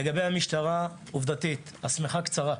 לגבי המשטרה, עובדתית השמיכה קצרה,